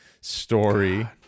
story